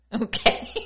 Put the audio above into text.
Okay